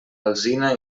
alzina